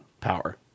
power